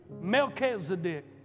Melchizedek